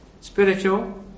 Spiritual